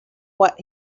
what